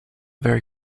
very